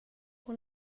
one